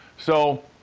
so,